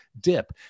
dip